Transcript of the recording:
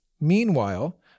Meanwhile